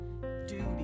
duty